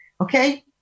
okay